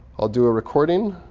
i'll do a recording.